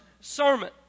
sermon